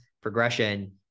progression